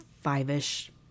five-ish